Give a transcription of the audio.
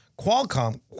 Qualcomm